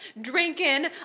drinking